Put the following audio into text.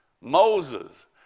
Moses